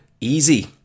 Easy